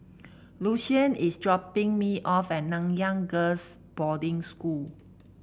Lucian is dropping me off at Nanyang Girls' Boarding School